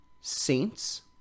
Saints